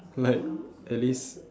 like at least